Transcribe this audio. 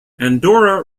andorra